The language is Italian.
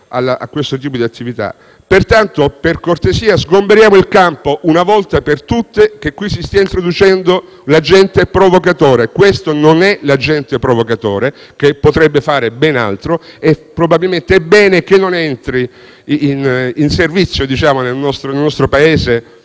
a questo tipo di attività. Pertanto, per cortesia, sgomberiamo il campo una volta per tutte dall'ipotesi che qui si stia introducendo l'agente provocatore; questo non è l'agente provocatore, che potrebbe fare ben altro e probabilmente è bene che questa figura non entri in servizio nel nostro Paese,